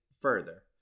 further